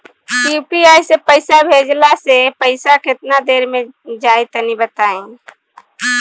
UPI से पईसा भेजलाऽ से पईसा केतना देर मे जाई तनि बताई?